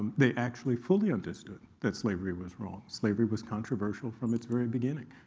they actually fully understood that slavery was wrong. slavery was controversial from its very beginning.